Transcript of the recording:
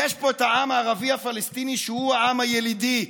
יש פה עם ערבי פלסטיני, שהוא העם הילידי,